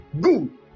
good